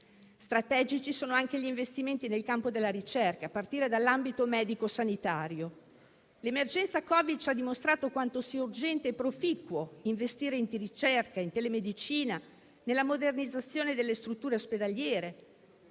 Strategici sono anche gli investimenti nel campo della ricerca, a partire dall'ambito medico-sanitario. L'emergenza Covid ci ha dimostrato quanto sia urgente e proficuo investire in enti di ricerca, telemedicina e modernizzazione delle strutture ospedaliere.